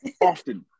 often